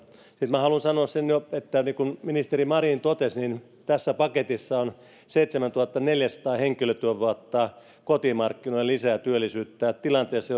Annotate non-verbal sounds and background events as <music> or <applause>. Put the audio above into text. sitten minä haluan sanoa sen että niin kuin ministeri marin totesi tässä paketissa on kotimarkkinoille seitsemäntuhattaneljäsataa henkilötyövuotta lisää työllisyyttä tilanteessa <unintelligible>